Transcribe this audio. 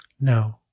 No